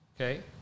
Okay